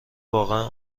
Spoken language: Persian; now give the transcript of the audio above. واقعا